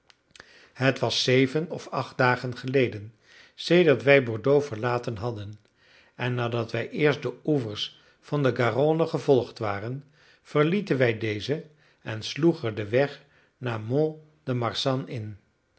het was zeven of acht dagen geleden sedert wij bordeaux verlaten hadden en nadat wij eerst de oevers van de garonne gevolgd waren verlieten wij deze en sloegen den weg naar mont de marsan in